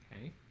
okay